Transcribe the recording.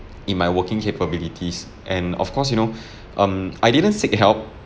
in my working capabilities and of course you know um I didn't seek help